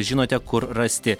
žinote kur rasti